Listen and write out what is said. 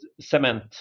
cement